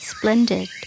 Splendid